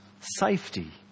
safety